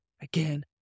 again